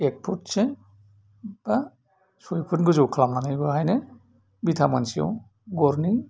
एक फुतसो बा सइफुट गोजौ खालामनानै बाहायनो बिथा मोनसेआव गरनै